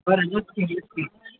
बरं निघते निघते